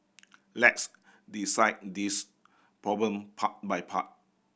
let's dissect this problem part by part